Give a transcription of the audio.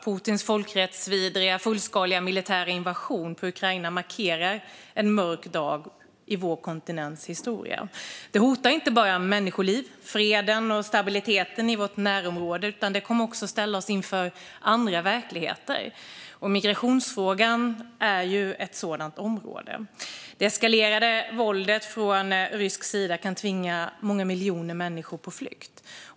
Putins folkrättsvidriga, fullskaliga militära invasion av Ukraina markerar en mörk dag i vår kontinents historia. Det hotar inte bara människoliv, freden och stabiliteten i vårt närområde. Det kommer också att ställa oss inför andra verkligheter. Migrationsfrågan är ett sådant område. Det eskalerade våldet från rysk sida kan tvinga många miljoner människor på flykt.